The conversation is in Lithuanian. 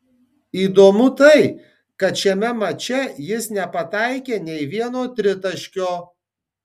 įdomu tai kad šiame mače jis nepataikė nei vieno tritaškio